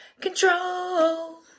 Control